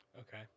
Okay